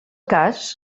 cas